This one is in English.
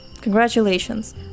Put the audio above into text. Congratulations